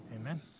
Amen